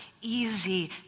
easy